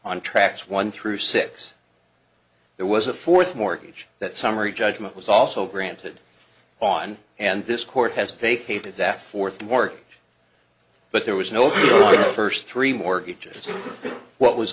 on tracks one through six there was a fourth mortgage that summary judgment was also granted on and this court has vacated that fourth work but there was no first three mortgages what was